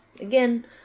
again